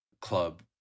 club